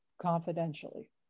confidentially